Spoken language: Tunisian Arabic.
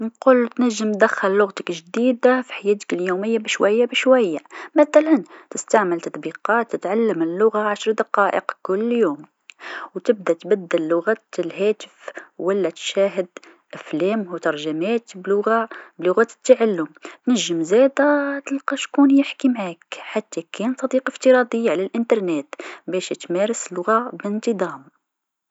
نقول تنجم دخل لغتك الجديدا في حياتك اليوميه بشويا بشويا مثلا تستعمل تطبيقات تعلم لغه عشر دقائق كل يوم و تبدا تبدل لغة الهاتف و لا تشاهد أفلام و ترجمات بلغة التعلم، تنجم زادا تلقى شكون يحكي معاك حتى كان صديق افتراضي على الإنترنت باش تمارس لغه بإنتظام.